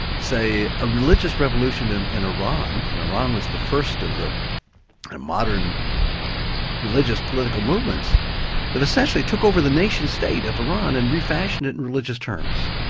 say a religious revolution in in iran and iran was the first of the modern religious political movements that essentially took over the nation state of iran and refashioned it in religious terms.